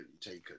taken